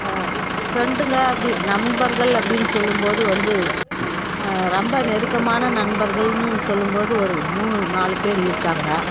ஃப்ரெண்டுங்க அப்படி நண்பர்கள் அப்படின்னு சொல்லும்போது வந்து ரொம்ப நெருக்கமான நண்பர்கள்னு சொல்லும்போது ஒரு மூணு நாலு பேர் இருக்காங்க